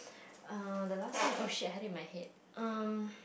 uh the last one oh shit I had it in my head um